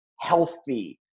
Healthy